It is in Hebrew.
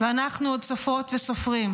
ואנחנו עוד סופרות וסופרים: